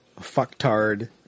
fucktard